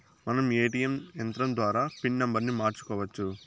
మనం ఏ.టీ.యం యంత్రం ద్వారా పిన్ నంబర్ని మార్చుకోవచ్చు